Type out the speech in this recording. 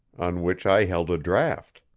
on which i held a draft.